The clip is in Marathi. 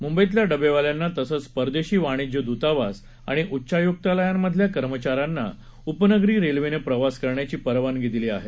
मुंबईतल्या डबेवाल्यांना तंसच परदेशी वाणिज्य दूतावास आणि उच्चायुक्तालयांमधल्या कर्मचाऱ्यांना उपनगरी रेल्वेनं प्रवास करण्याची परवानगी दिली आहे